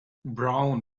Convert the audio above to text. brown